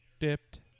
dipped